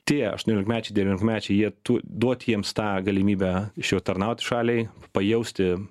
tie aštuoniolikmečiai devyniolikmečiai jie tu duot jiems tą galimybę šio tarnaut šaliai pajausti